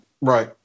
right